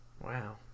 wow